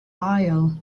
aisle